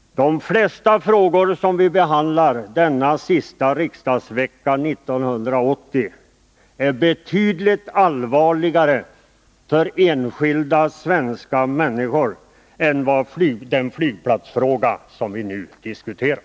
De flesta frågor som vi behandlar den här sista riksdagsveckan 1980 är betydligt allvarligare för enskilda svenska medborgare än den flygplatsfråga som vi nu diskuterar.